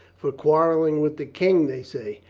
for quarreling with the king, they say.